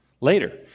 later